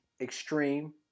extreme